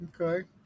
Okay